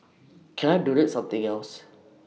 can I donate something else